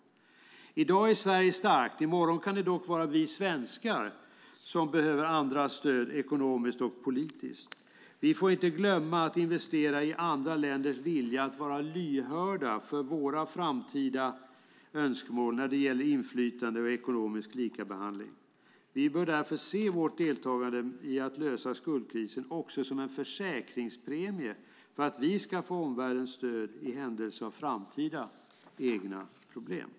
I dag är Sverige starkt. I morgon kan det dock vara vi svenskar som behöver andras stöd, ekonomiskt och politiskt. Vi får således inte glömma att investera i andra länders vilja att vara lyhörda för våra framtida önskemål när det gäller inflytande och ekonomisk likabehandling. Vi bör därför se vårt deltagande i att lösa skuldkrisen också som en försäkringspremie för att vi ska få omvärldens stöd i händelse av framtida egna problem!